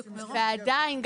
ועדיין,